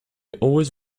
always